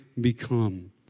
become